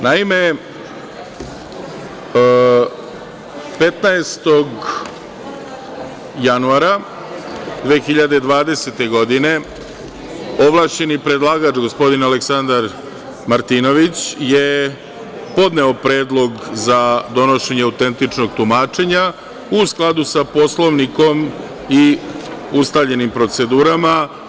Naime, 15. januara 2020. godine ovlašćeni predlagač, gospodin Aleksandar Martinović, je podneo predlog za donošenje autentičnog tumačenja u skladu sa Poslovnikom i ustaljenim procedurama.